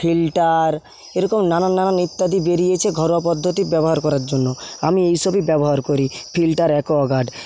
filter এরকম নানান নানান ইত্যাদি বেড়িয়েছে ঘরোয়া পদ্ধতি ব্যবহার করার জন্য আমি এই সবই ব্যবহার করি ফিল্টার অ্যাকোয়াগার্ড